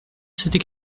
c’était